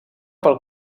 pel